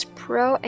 pro